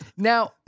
Now